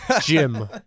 Jim